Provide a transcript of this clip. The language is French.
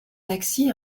taxi